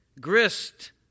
Grist